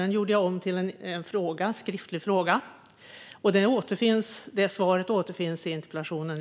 Jag gjorde om den till en skriftlig fråga, och svaret på den återfinns i interpellationen.